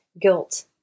guilt